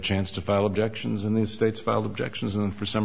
chance to file objections and the states filed objections and for some